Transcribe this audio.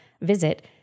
visit